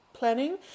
planning